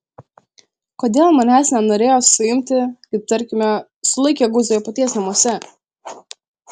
kodėl manęs nenorėjo suimti kaip tarkime sulaikė guzą jo paties namuose